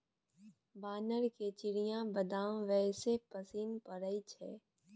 बानरके चिनियाबदाम बेसी पसिन पड़य छै